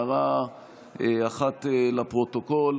להעיר הערה אחת לפרוטוקול.